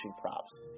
props